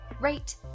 rate